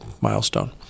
milestone